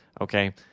okay